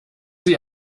sie